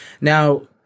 Now